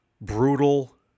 brutal